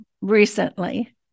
recently